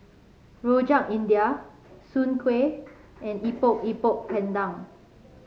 Rojak India Soon Kway and Epok Epok Kentang